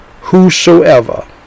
Whosoever